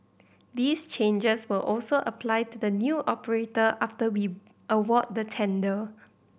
these changes will also apply to the new operator after we award the tender